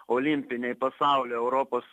olimpiniai pasaulio europos